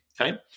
okay